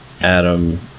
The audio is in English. Adam